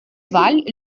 wahl